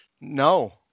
no